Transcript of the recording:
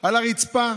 על הרצפה,